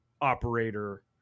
operator